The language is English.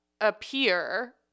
appear